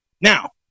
now